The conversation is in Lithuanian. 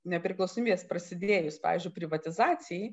nepriklausomybės prasidėjus pavyzdžiui privatizacijai